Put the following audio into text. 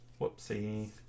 Whoopsie